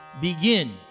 begin